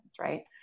right